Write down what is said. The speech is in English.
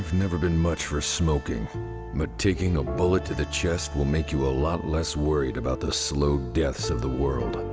never been much for smoking but taking a bullet to the chest will make you a lot less worried about the slow deaths of the world.